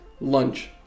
lunch